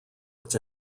its